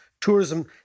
tourism